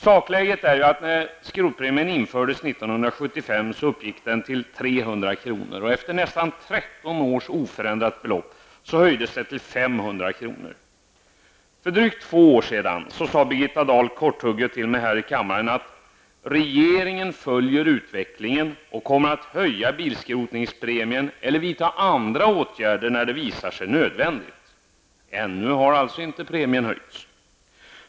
Sakläget är att när skrotpremien infördes 1975 uppgick den till 300 kr. Efter nästan 13 års oförändrat belopp höjdes den till 500 kr. För drygt två år sedan sade Birgitta Dahl korthugget till mig här i kammaren att regeringen följer utvecklingen och ''kommer att höja bilskrotningspremien eller vidta andra åtgärder när det visar sig nödvändigt''. Ännu har alltså inte premien höjts.